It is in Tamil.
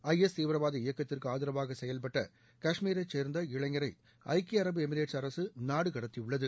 ஐ எஸ் தீவிரவாத இயக்கத்திற்கு ஆதரவாக செயல்பட்ட கஷ்மீரைச் சேர்ந்த இளைஞரை ஐக்கிய அரபு எமிரேட்ஸ் அரசு நாடு கடத்தியுள்ளது